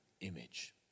image